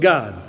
God